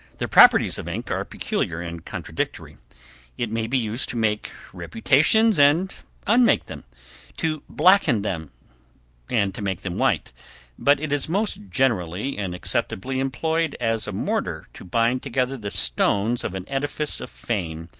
the properties of ink are peculiar and contradictory it may be used to make reputations and unmake them to blacken them and to make them white but it is most generally and acceptably employed as a mortar to bind together the stones of an edifice of fame,